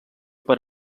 per